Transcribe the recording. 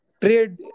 Trade